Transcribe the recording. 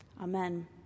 Amen